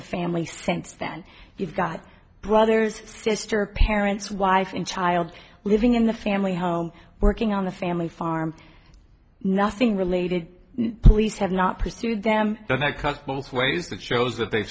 to family since then you've got brothers sister parents wife and child living in the family home working on the family farm nothing related police have not pursued them but that cuts both ways that shows that they